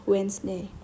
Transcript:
Wednesday